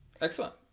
Excellent